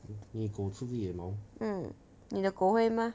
mm 你的会 mah